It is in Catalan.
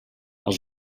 els